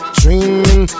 dreaming